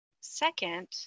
Second